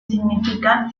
significa